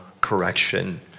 correction